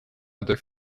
other